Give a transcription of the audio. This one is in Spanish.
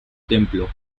templo